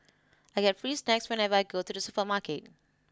I get free snacks whenever I go to the supermarket